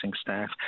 staff